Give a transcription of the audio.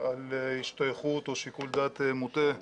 על השתייכות או שיקול דעת מוטה.